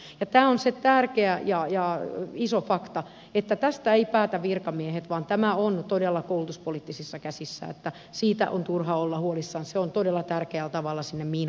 ja tämä on se tärkeä ja iso fakta että tästä eivät päätä virkamiehet vaan tämä on todella koulutuspoliittisissa käsissä niin että siitä on turha olla huolissaan se on todella tärkeällä tavalla sinne miinoitettu